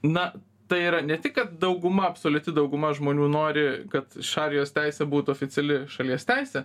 na tai yra ne tik kad dauguma absoliuti dauguma žmonių nori kad šarijos teisė būtų oficiali šalies teisė